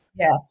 Yes